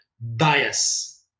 bias